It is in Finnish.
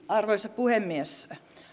arvoisa puhemies